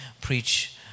preach